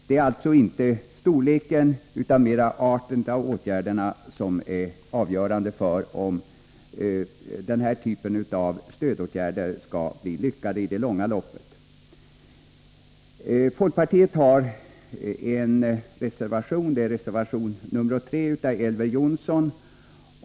Det är alltså inte storleken på åtgärderna ekonomiskt sett, utan mera åtgärdernas art som är avgörande för om denna typ av stödåtgärder skall bli lyckade i det långa loppet. Folkpartiet har avgivit en reservation till detta betänkande, nämligen reservation nr 3 av Elver Jonsson.